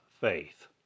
faith